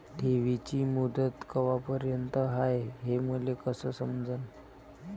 ठेवीची मुदत कवापर्यंत हाय हे मले कस समजन?